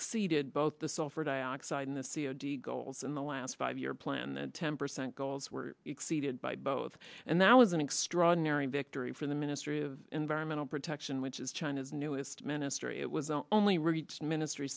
exceeded both the sulfur dioxide in the c o d goals in the last five year plan ten percent goals were exceeded by both and that was an extraordinary victory for the ministry of environmental protection which is china's newest minister it was only reached ministry